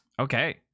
Okay